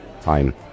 time